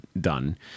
done